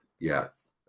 Yes